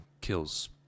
kills